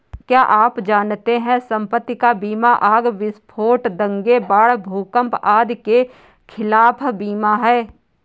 क्या आप जानते है संपत्ति का बीमा आग, विस्फोट, दंगे, बाढ़, भूकंप आदि के खिलाफ बीमा है?